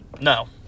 no